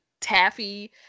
taffy